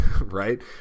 right